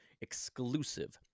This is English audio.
exclusive